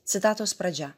citatos pradžia